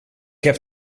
heb